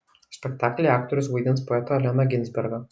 spektaklyje aktorius vaidins poetą alleną ginsbergą